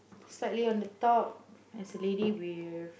slightly on the top there's a lady with